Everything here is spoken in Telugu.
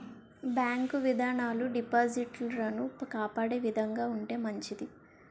బ్యాంకు విధానాలు డిపాజిటర్లను కాపాడే విధంగా ఉంటే మంచిది